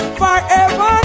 forever